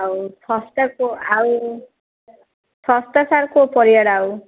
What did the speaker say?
ଆଉ ଶସ୍ତା କୋ ଆଉ ଶସ୍ତା ସାର୍ କେଉଁ ପରିବାଟା ଆଉ